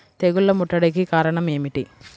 తెగుళ్ల ముట్టడికి కారణం ఏమిటి?